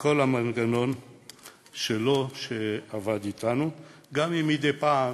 וכל המנגנון שלו, שעבד אתנו, גם אם מדי פעם